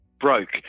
broke